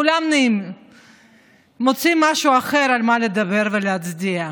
כולם מוצאים משהו אחר על מה לדבר ולהצדיע.